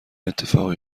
اتفاقی